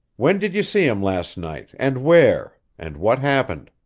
when did you see him last night, and where, and what happened?